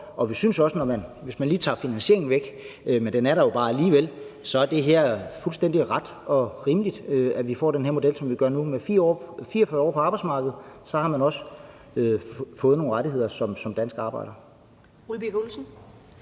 og vi synes også, at det, hvis man lige tager finansieringen væk, men den er der jo bare alligevel, er fuldstændig ret og rimeligt, at vi får den her model, som vi gør nu. Med 44 år på arbejdsmarkedet har man også fået nogle rettigheder som dansk arbejder.